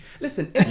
Listen